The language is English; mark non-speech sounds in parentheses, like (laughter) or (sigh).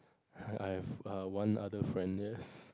(noise) I have err one other friend yes